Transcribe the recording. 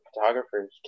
photographers